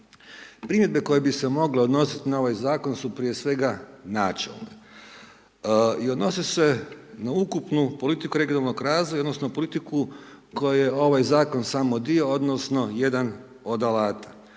Primjedbe koje bi se mogle odnosit na ovaj Zakon, su prije svega načelne i odnose se na ukupnu politiku regionalnog razvoja, odnosno politiku kojoj je ovaj Zakon samo dio, odnosno jedan od alata.